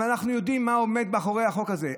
אבל אנחנו יודעים מה עומד מאחורי החוק הזה.